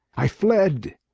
i fled.